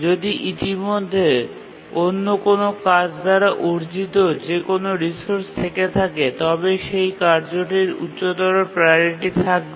যদি ইতিমধ্যে অন্য কোনও কাজ দ্বারা অর্জিত যে কোনও রিসোর্স থেকে থাকে তবে সেই কার্যটির উচ্চতর প্রাওরিটি থাকবে